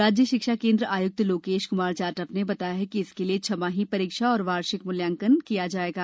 राज्य शिक्षा केंद्र आयुक्त लोकेश कुमार जाटव ने बताया कि इसके लिए छमाही परीक्षा एवं वार्षिक मूल्यांकन लिया जाएगा